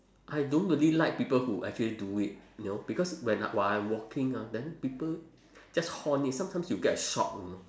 I don't really like people who actually do it you know because when while I'm walking ah then people just horn it sometimes you get a shock you know